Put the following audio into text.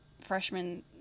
freshman